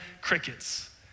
crickets